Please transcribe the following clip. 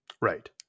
Right